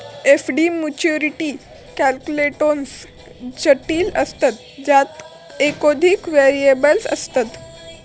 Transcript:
FD maturity calculations जटिल असतत ज्यात एकोधिक व्हेरिएबल्स असतत